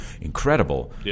incredible